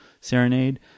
serenade